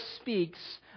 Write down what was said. speaks